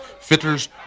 fitters